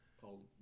called